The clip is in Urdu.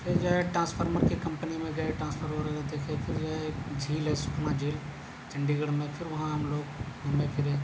پھر جو ہے ٹرانسفارمر کی کمپنی میں گئے ٹرانسفارمر وغیرہ دیکھے پھر جو ہے ایک جھیل ہے سکھما جھیل چنڈی گڑھ میں پھر وہاں ہم لوگ گھومے پھرے